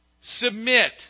submit